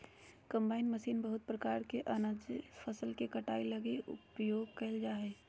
combine machine बहुत प्रकार के अनाज फसल के कटाई लगी उपयोग कयल जा हइ